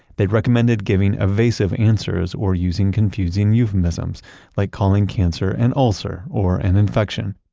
they'd recommended giving evasive answers or using confusing euphemisms like calling cancer an ulcer or an infection.